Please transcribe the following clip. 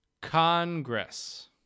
congress